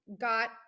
got